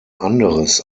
anderes